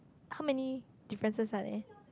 how many differences are there